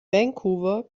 vancouver